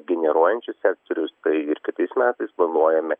generuojančius sektorius tai ir kitais metais planuojame